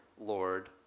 Lord